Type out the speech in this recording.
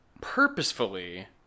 purposefully